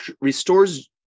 restores